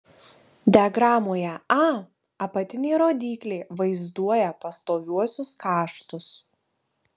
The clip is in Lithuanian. diagramoje a apatinė rodyklė vaizduoja pastoviuosius kaštus